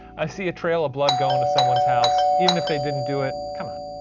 i see a trail of blood going to someone's house. even if they didn't do it, come on,